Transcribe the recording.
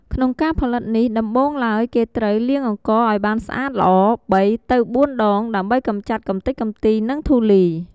ក្នុងការផលិតនេះដំបូងឡើយគេត្រូវ លាងអង្ករឲ្យបានស្អាតល្អ ៣-៤ ដង ដើម្បីកម្ចាត់កម្ទេចកំទី និងធូលី។